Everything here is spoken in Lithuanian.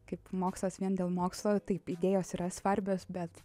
kaip mokslas vien dėl mokslo taip idėjos yra svarbios bet